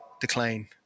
decline